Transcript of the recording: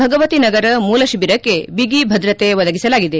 ಭಗವತಿ ನಗರ ಮೂಲ ಶಿಬಿರಕ್ಕೆ ಬಿಗಿಭದ್ರತೆ ಒದಗಿಸಲಾಗಿದೆ